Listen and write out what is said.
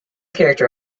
character